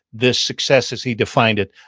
the success as he defined it,